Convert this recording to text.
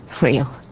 Real